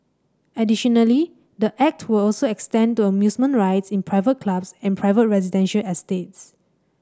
additionally the Act will also extend to amusement rides in private clubs and private residential estates